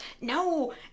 No